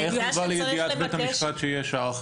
איך מובא לידיעת בית המשפט שיש הערכת מסוכנות?